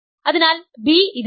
അതിനാൽ B ഇതിലുണ്ട്